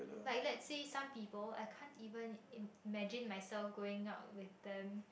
like let say some people I can't even imagine myself going out with them